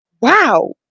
Wow